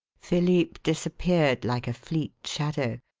philippe disappeared like a fleet shadow.